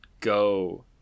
go